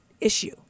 issue